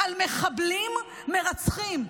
על מחבלים מרצחים.